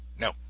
No